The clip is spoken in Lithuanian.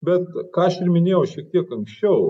bet ką aš ir minėjau šiek tiek anksčiau